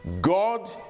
God